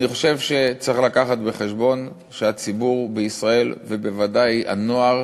אני חושב שצריך להביא בחשבון שהציבור בישראל ובוודאי הנוער